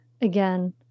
again